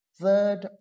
third